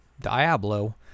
Diablo